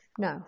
No